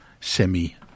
semi